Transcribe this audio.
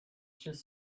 just